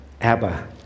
Abba